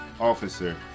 officer